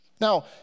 Now